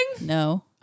No